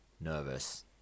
nervous